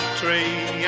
tree